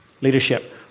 leadership